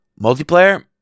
multiplayer